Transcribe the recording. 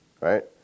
right